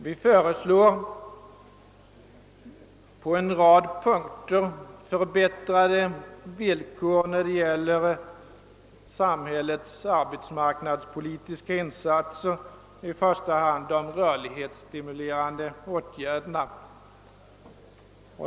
Vi föreslår på en rad punkter förbättrade möjligheter för samhället att göra arbetsmarknadspolitiska insatser, i första hand att vidta rörlighetsstimulerande åtgärder.